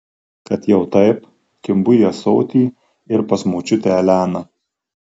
kad jau taip kimbu į ąsotį ir pas močiutę eleną